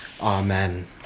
Amen